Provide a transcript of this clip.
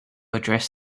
address